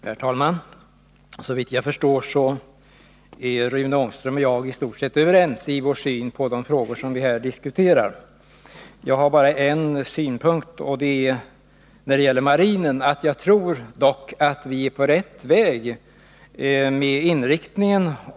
Herr talman! Såvitt jag förstår är Rune Ångström och jag i stort sett överens vår syn på de frågor vi här diskuterar. Jag har bara en synpunkt, och det gäller marinen. Jag tror att vi är på rätt väg med den nuvarande inriktningen.